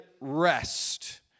rest